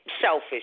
selfish